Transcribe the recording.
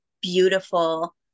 beautiful